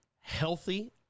healthy